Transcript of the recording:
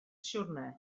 siwrne